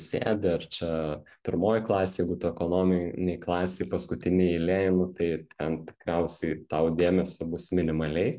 sėdi ar čia pirmoj klasėj jeigu tu ekonominėj klasėj paskutinėj eilėj nu tai ten tikriausiai tau dėmesio bus minimaliai